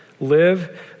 Live